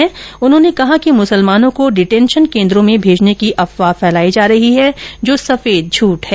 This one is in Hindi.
उन्होंने कहा कि मुसलमानों को डिटेंशन केन्द्रों में भेजने की अफवाह फैलायी जा रही है जो सफेद झूठ है